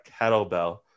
kettlebell